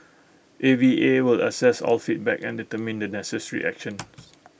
A V A will assess all feedback and determine the necessary actions